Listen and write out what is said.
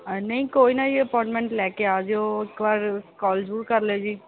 ਨਹੀਂ ਕੋਈ ਨਾ ਜੀ ਅਪੋਆਇੰਟਮੈਂਟ ਲੈ ਕੇ ਆ ਜਿਓ ਇੱਕ ਵਾਰ ਕੌਲ ਜਰੂਰ ਕਰ ਲਿਓ ਜੀ